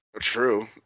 True